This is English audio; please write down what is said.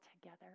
together